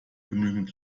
genügend